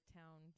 town